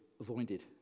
avoided